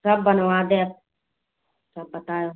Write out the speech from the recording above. सब बनवा देव सब बतायो